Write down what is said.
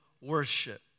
worship